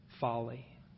folly